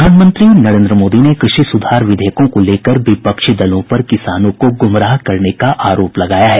प्रधानमंत्री नरेंद्र मोदी ने कृषि सुधार विधेयकों को लेकर विपक्षी दलों पर किसानों को गुमराह करने का आरोप लगाया है